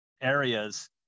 areas